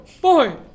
Boy